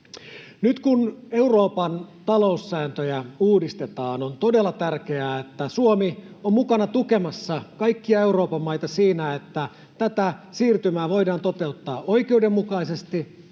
Nyt kun Euroopan taloussääntöjä uudistetaan, on todella tärkeää, että Suomi on mukana tukemassa kaikkia Euroopan maita siinä, että tätä siirtymää voidaan toteuttaa oikeudenmukaisesti,